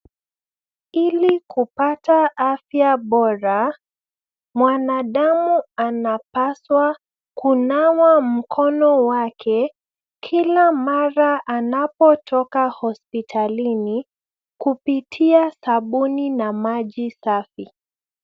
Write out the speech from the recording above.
Ili kupata afya bora, mwanadamu anapaswa kunawa mkono wake kila mara anapotoka hospitalini, kupitia sabuni na maji safi.